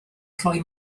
troi